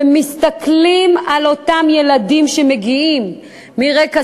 ומסתכלים על אותם ילדים שמגיעים מרקע